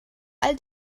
all